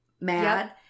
mad